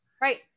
Right